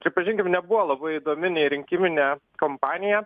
pripažinkim nebuvo labai įdomi nei rinkiminė kompanija